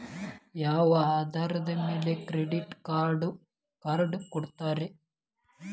ಯಾವ ಆಧಾರದ ಮ್ಯಾಲೆ ಕ್ರೆಡಿಟ್ ಕಾರ್ಡ್ ಕೊಡ್ತಾರ?